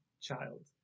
child